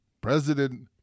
President